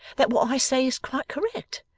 that what i say is quite correct,